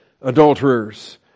adulterers